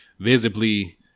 visibly